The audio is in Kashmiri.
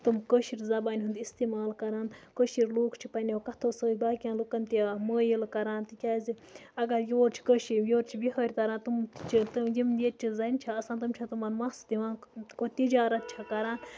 تٕم کٲشِر زَبانہِ ہُنٛد اِستعمال کَران کٲشِر لوٗکھ چھِ پنٛنی۪و کَتھو سۭتۍ باقیَن لُکَن تہِ مٲیِل کَران تِکیٛازِ اَگر یور چھِ کٲش یور چھِ بِہٲرۍ تَران تِم چھِ یِم ییٚتِچہِ زَنہِ چھِ آسان تٕم چھِ تِمَن مَس دِوان تِجارَت چھےٚ کَران